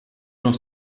noch